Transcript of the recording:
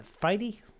Friday